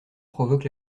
provoque